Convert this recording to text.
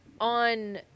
on